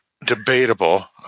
debatable